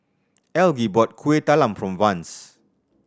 Algie bought Kuih Talam for Vance